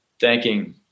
thanking